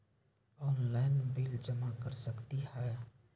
Online bill जमा कर सकती ह?